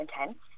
intense